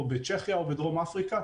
צ'כיה או בדרום אפריקה,